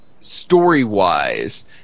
story-wise